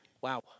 Wow